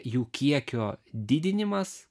jų kiekio didinimas